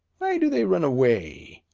why do they run away?